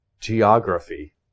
geography